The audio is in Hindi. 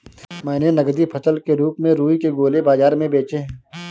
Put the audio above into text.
मैंने नगदी फसल के रूप में रुई के गोले बाजार में बेचे हैं